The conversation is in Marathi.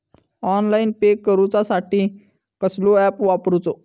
ऑनलाइन पे करूचा साठी कसलो ऍप वापरूचो?